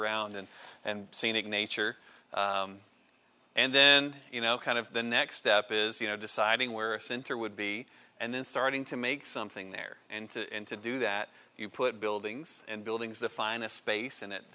around and scenic nature and then you know kind of the next step is you know deciding where a center would be and then starting to make something there and to do that you put buildings and buildings the finest space and it